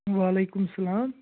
وعلیکُم اسَلام